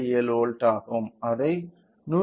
7 volt ஆகும் அதைக் 100